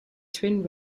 twin